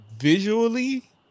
Visually